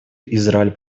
израиль